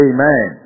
Amen